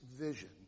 vision